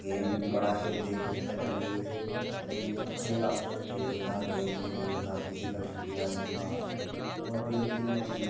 game बी बड़ा खेलदे इत्त गल्लें गी अपनी सेह्त आस्तै बी ठीक रौंह्दा गेम खेलियै बंदा फिटनेस होंदा होर बी लेकिन